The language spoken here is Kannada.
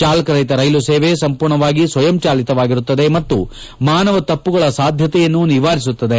ಚಾಲಕರಹಿತ ರೈಲು ಸೇವೆ ಸಂಪೂರ್ಣವಾಗಿ ಸ್ತಯಂಚಾಲಿತವಾಗಿರುತ್ತದೆ ಮತ್ತು ಮಾನವ ತಮ್ನಗಳ ಸಾಧ್ಯತೆಯನ್ನು ನಿವಾರಿಸುತ್ತದೆ